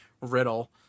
riddle